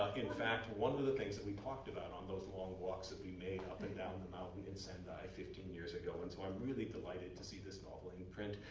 like in fact, one of of the things that we talked about on those long walks that we made up and down the mountain in sendai fifteen years ago. and so i'm really delighted to see this novel in print,